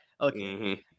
okay